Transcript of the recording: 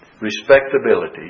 respectability